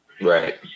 Right